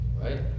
Right